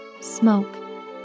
smoke